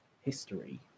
history